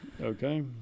Okay